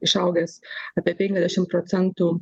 išaugęs apie penkiaddešim procentų